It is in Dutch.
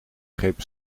greep